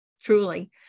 truly